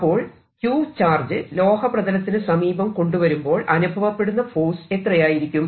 അപ്പോൾ q charge ലോഹ പ്രതലത്തിനു സമീപം കൊണ്ടുവരുമ്പോൾ അനുഭവപ്പെടുന്ന ഫോഴ്സ് എത്രയായിരിക്കും